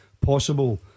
possible